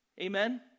amen